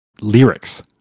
lyrics